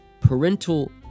Parental